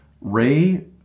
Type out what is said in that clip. Ray